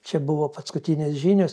čia buvo paskutinės žinios